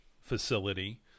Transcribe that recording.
facility